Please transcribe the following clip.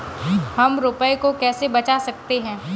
हम रुपये को कैसे बचा सकते हैं?